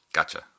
Gotcha